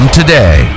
today